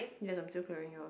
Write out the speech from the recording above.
yes I'm still clearing yours